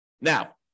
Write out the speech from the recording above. Now